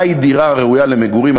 מה היא דירה ראויה למגורים?